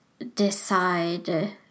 decide